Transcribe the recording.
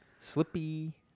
Slippy